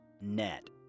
net